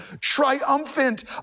triumphant